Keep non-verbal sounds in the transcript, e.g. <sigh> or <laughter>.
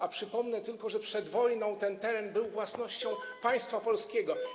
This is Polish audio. A przypomnę tylko, że przed wojną ten teren był własnością <noise> państwa polskiego.